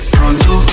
Pronto